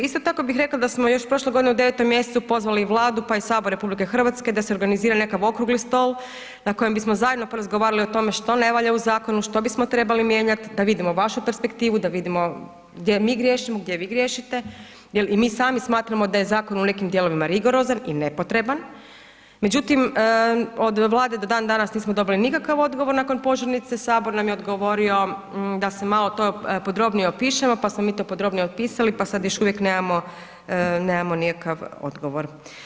Isto tako bih rekla da smo još prošle godine u 9. mjesecu pozvali Vladu pa i sabor RH da se organizira nekakav okrugli stol na koje bismo zajedno porazgovarali o tome što ne valja u zakonu, što bismo trebali mijenjati, da vidimo vašu perspektivu, da vidimo gdje mi griješimo, gdje vi griješite, jer i mi sami smatramo da je zakon u nekim dijelovima rigorozan i nepotreban, međutim od Vlade do dan danas nismo dobili nikakav odgovor, nakon požurnice sabor nam je odgovorio da se malo to podrobnije opišemo, pa smo mi to podrobnije opisali, pa sad još uvijek nemamo, nemamo nikakav odgovor.